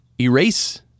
erase